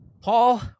paul